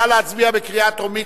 נא להצביע בקריאה טרומית.